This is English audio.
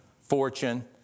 fortune